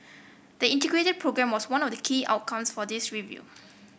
the Integrated Programme was one of the key outcomes for this review